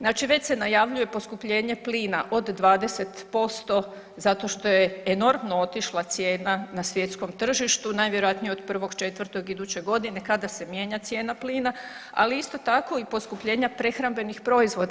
Znači već se najavljuje poskupljenje plina od 20% zato što je enormno otišla cijena na svjetskom tržištu, najvjerojatnije od 1.4. iduće godine kada se mijenja cijena plina, ali isto tako i poskupljenja prehrambenih proizvoda.